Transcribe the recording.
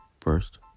First